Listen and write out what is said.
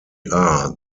are